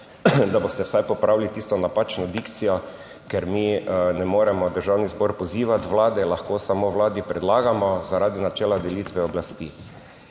da boste vsaj popravili tisto napačno dikcijo, ker mi ne moremo v Državni zbor pozivati Vlade, lahko samo Vladi predlagamo, zaradi načela delitve oblasti.